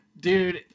Dude